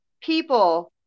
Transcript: people